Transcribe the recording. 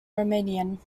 romanian